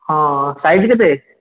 ହଁ ସାଇଜ୍ କେତେ